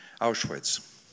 Auschwitz